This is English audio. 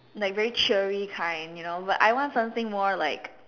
like very cheery kind you know but I want something more like